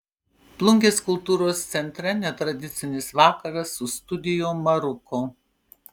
plungės kultūros centre netradicinis vakaras su studio maruko